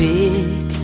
big